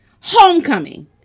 Homecoming